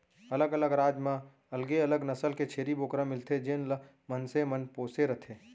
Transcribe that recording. अलग अलग राज म अलगे अलग नसल के छेरी बोकरा मिलथे जेन ल मनसे मन पोसे रथें